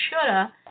shoulda